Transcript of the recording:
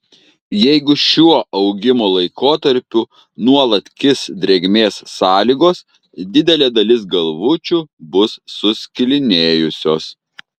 jeigu šiuo augimo laikotarpiu nuolat kis drėgmės sąlygos didelė dalis galvučių bus suskilinėjusios